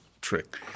trick